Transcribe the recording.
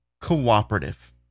cooperative